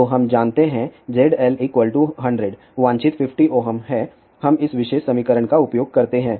तो हम जानते हैं ZL 100 वांछित 50 Ω है हम इस विशेष समीकरण का उपयोग करते हैं